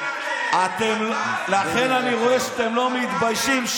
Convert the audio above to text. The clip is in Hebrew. אני רואה שאתם לא מתביישים.